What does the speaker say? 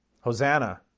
Hosanna